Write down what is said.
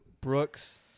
Brooks